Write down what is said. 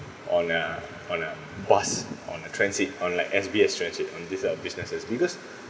on uh on uh bus on a transit on like S_B_S transit on these uh businesses because